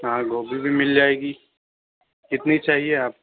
ہاں گوبھی بھی مل جائے گی کتنی چاہیے آپ